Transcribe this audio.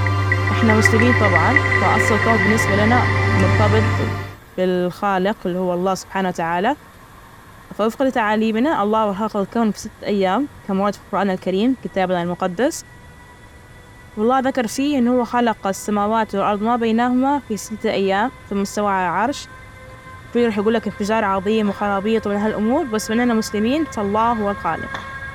إحنا مسلمين طبعا، فأصل الكون بالنسبة لنا مرتبط بالخالق اللي هو الله سبحانه وتعالى، فوفق لتعاليمنا الله خلج الكون فى ست أيام كما ورد في القرآن الكريم، كتابنا المقدس. والله ذكر في إنه هو خلق السماوات والأرض ما بينهما في ستة أيام، ثم استوى على عرش في ناس رح تجول لك إنفجار عظيم وخرابيط من هالأمور، بس بما إننا مسلمين ف الله هو الخالق.